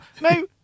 No